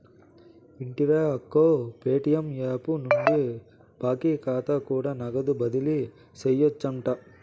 వింటివా అక్కో, Paytm app నుండి బాకీ కాతా కూడా నగదు బదిలీ సేయొచ్చంట